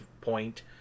point